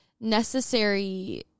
necessary